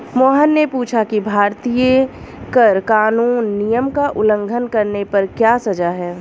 मोहन ने पूछा कि भारतीय कर कानून नियम का उल्लंघन करने पर क्या सजा है?